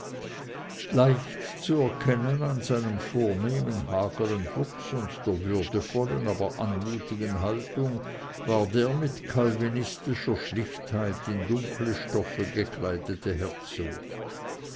leicht zu erkennen an seinem vornehmen hagern wuchs und der würdevollen aber anmutigen haltung war der mit calvinistischer schlichtheit in dunkle stoffe gekleidete herzog